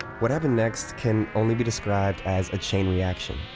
what happened next can only be described as a chain reaction.